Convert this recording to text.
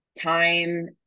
time